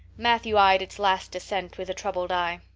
matthew eyed its last descent with a troubled eye.